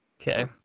okay